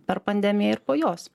per pandemiją ir po jos